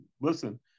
listen